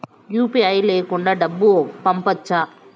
UPI లేకుండా డబ్బు పంపొచ్చా